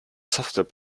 software